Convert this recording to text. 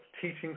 teaching